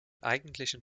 eigentlichen